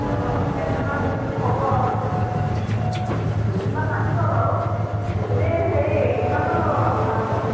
অঁ কেইদিনমান দিন হ'ব দুদিনমান লাগিব বাৰু কি তুমি হেৰি কিমানমান ল'বা বাৰু ভাড়াটো